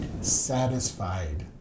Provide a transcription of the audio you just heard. satisfied